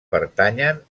pertanyen